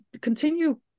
continue